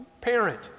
parent